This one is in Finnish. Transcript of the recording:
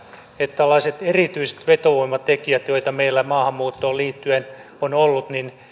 että tällaiset erityiset vetovoimatekijät joita meillä maahanmuuttoon liittyen on ollut